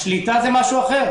השליטה היא משהו אחר.